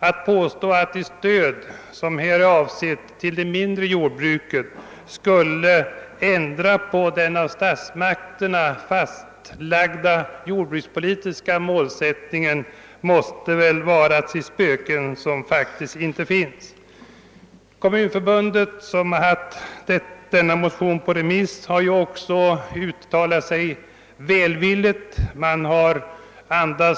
Att påstå att det stöd som här är avsett till det mindre jordbruket skulle ändra på den av statsmakterna fastlagda jordbrukspolitiska målsättningen måste vara att se spöken som inte finns. Kommunförbundet som haft denna motion på remiss har uttalat sig välvilligt.